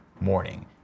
morning